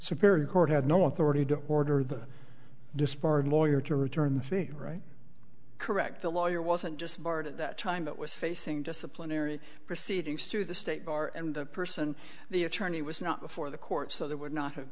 superior court had no authority to order the disbarred lawyer to return the favor right correct the lawyer wasn't just barred at that time but was facing disciplinary proceedings through the state bar and that person the attorney was not before the court so there would not have